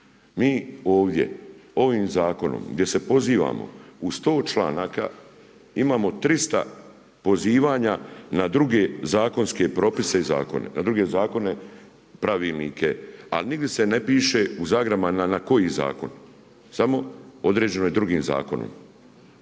Mi ovdje ovim zakonom gdje se pozivamo u 100 članaka imamo 300 pozivanja na druge zakonske propise i zakone, na druge zakone, pravilnike ali nigdje se ne piše u zagradama na koji zakon, samo određeno je drugim zakonom.